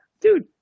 dude